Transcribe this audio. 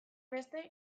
beste